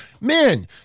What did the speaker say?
Man